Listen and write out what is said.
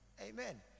Amen